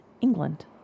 England